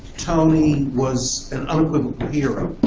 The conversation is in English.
tony was an unequivocal hero,